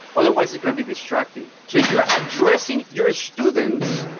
otherwise it's going to be distracting. so if you're addressing your students,